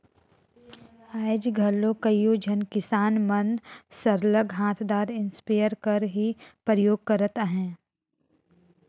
आएज घलो कइयो झन किसान मन सरलग हांथदार इस्पेयर कर ही परयोग करत अहें